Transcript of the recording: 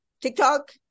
TikTok